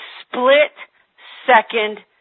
split-second